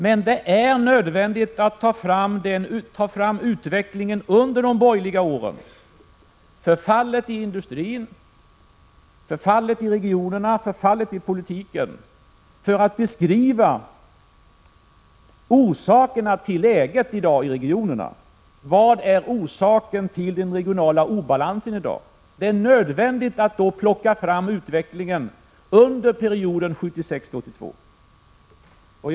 Men det är nödvändigt att ta upp utvecklingen under de borgerliga åren — förfallet i industrin, förfallet i regionerna, förfallet i politiken — för att beskriva orsakerna till läget i dag i regionerna. Vad är orsaken till den regionala obalansen? För att man skall kunna svara på den frågan är det alltså nödvändigt att påminna om utvecklingen under perioden 1976-1982.